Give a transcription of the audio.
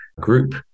group